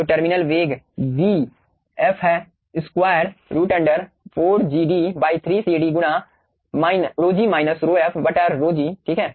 तो टर्मिनल वेग vt है square root under 4gd 3 CD गुना ρg माइनस ρf ρg ठीक है